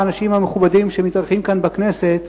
האנשים המכובדים שמתארחים כאן בכנסת,